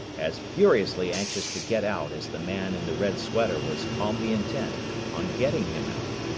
as furiously anxious to get out as the man in the red sweater was calmly intent on getting him out.